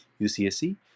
UCSC